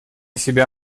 себя